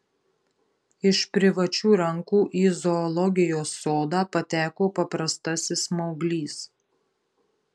iš privačių rankų į zoologijos sodą pateko paprastasis smauglys